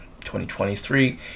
2023